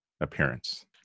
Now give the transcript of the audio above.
appearance